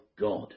God